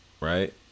Right